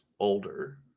older